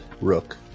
Rook